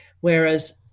Whereas